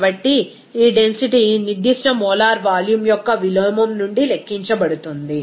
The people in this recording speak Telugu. కాబట్టి ఈ డెన్సిటీ నిర్దిష్ట మోలార్ వాల్యూమ్ యొక్క విలోమం నుండి లెక్కించబడుతుంది